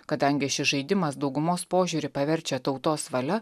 kadangi šis žaidimas daugumos požiūrį paverčia tautos valia